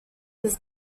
his